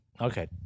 Okay